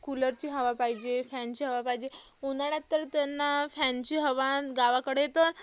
कूलरची हवा पाहिजे फॅनची हवा पाहिजे उन्हाळ्यात तर त्यांना फॅनची हवा आणि गावाकडे तर